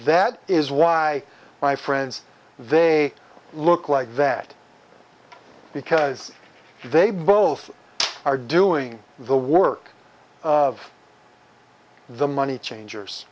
that is why my friends they look like that because they both are doing the work of the money change